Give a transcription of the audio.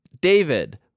David